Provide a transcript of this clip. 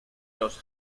los